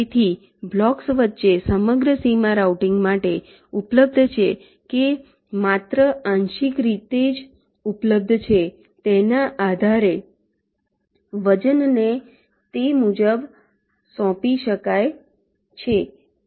તેથી બ્લોક્સ વચ્ચેની સમગ્ર સીમા રાઉટિંગ માટે ઉપલબ્ધ છે કે તે માત્ર આંશિક રીતે જ ઉપલબ્ધ છે તેના આધારે વજનને તે મુજબ સોંપી શકાય છે